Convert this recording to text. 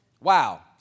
Wow